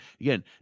again